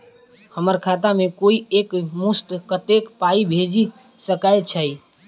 हम्मर खाता मे कोइ एक मुस्त कत्तेक पाई भेजि सकय छई?